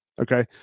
Okay